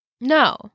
No